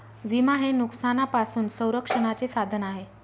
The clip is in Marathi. विमा हे नुकसानापासून संरक्षणाचे साधन आहे